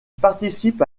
participe